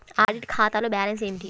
Audit ఖాతాలో balance ఏమిటీ?